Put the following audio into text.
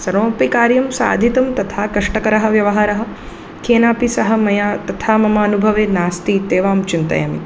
सर्वमपि कार्यं साधितुं तथा कष्टकरः व्यवहारः केनापि सह मया तथा मम अनुभवे नास्ति इत्येव अहं चिन्तयामि